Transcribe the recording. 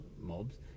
mobs